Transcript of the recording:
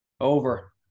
Over